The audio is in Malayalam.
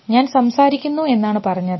ഞാൻ സംസാരിക്കുന്നു എന്നാണ് പറഞ്ഞത്